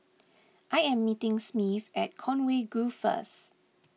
I am meeting Smith at Conway Grove first